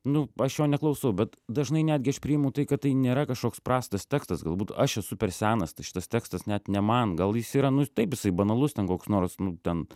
nu aš jo neklausau bet dažnai netgi aš priimu tai kad tai nėra kažkoks prastas tekstas galbūt aš esu per senas tai šitas tekstas net ne man gal jis yra nu taip jisai banalus ten koks nors nu ten